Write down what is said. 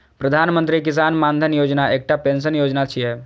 प्रधानमंत्री किसान मानधन योजना एकटा पेंशन योजना छियै